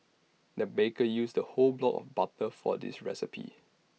the baker used A whole block of butter for this recipe